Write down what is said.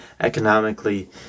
economically